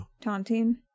taunting